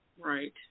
Right